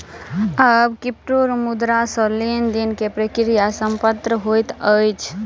आब क्रिप्टोमुद्रा सॅ लेन देन के प्रक्रिया संपन्न होइत अछि